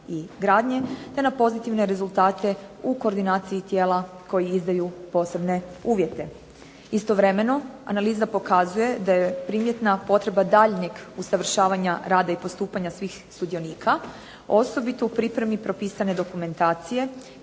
i gradnje te na pozitivne rezultate u koordinaciji tijela koji izdaju posebne uvjete. Istovremeno, analiza pokazuje da je primjetna potreba daljnjeg usavršavanja rada i postupanja svih sudionika osobito u pripremi propisane dokumentacije